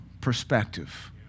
perspective